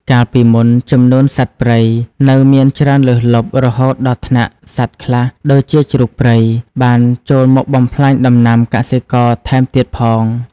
កាលពីមុន ចំនួនសត្វព្រៃនៅមានច្រើនលើសលប់ រហូតដល់ថ្នាក់សត្វខ្លះដូចជាជ្រូកព្រៃ បានចូលមកបំផ្លាញដំណាំកសិករថែមទៀតផង។